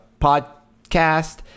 podcast